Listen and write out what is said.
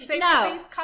No